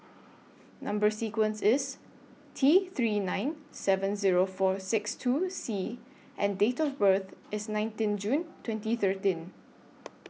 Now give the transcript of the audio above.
Number sequence IS T three nine seven Zero four six two C and Date of birth IS nineteen June twenty thirteen